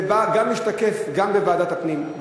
זה גם משתקף בוועדת הפנים,